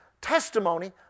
testimony